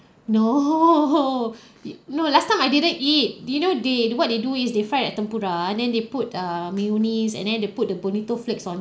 no eh no last time I didn't eat do you know they what they do is they fried the tempura and then they put err mayonnaise and then they put the bonito flakes on